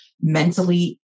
mentally